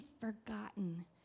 forgotten